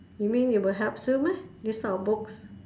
you mean it will helps you meh this type of books